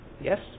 Yes